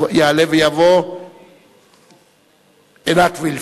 תעלה ותבוא עינת וילף.